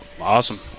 awesome